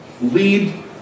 lead